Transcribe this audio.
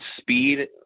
speed